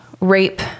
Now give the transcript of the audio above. rape